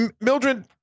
Mildred